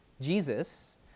Jesus